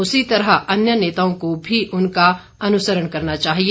उसी तरह अन्य नेताओं को भी उनका अनुसरण करना चाहिए